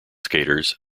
skaters